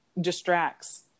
distracts